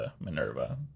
Minerva